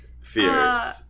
Fear